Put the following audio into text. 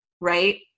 right